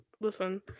Listen